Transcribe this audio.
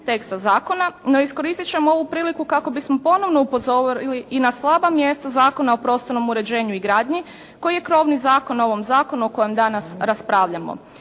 teksta zakona. No iskoristit ćemo ovu priliku kako bismo ponovno upozorili i na slaba mjesta Zakona o prostornom uređenju i gradnji koji je krovni zakon ovom zakonu o kojem danas raspravljamo.